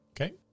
Okay